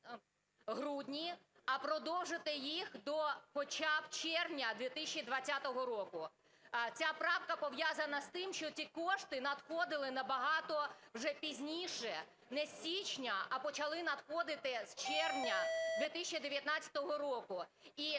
грудні, а продовжити їх хоча б до червня 2020 року. Ця правка пов'язана з тим, що ті кошти надходили набагато вже пізніше, не з січня, а почали надходити з червня 2019 року, і